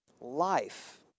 life